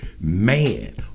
man